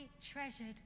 treasured